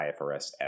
IFRS